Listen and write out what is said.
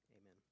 Amen